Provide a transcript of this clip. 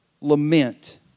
lament